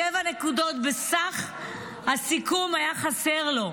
שבע נקודות בסך הסיכום היו חסרות לו.